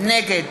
נגד